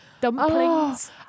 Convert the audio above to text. Dumplings